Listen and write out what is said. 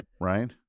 Right